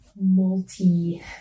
multi